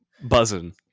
buzzing